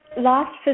last